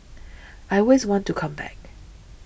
I always want to come back